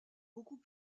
beaucoup